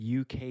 UK